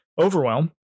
Overwhelm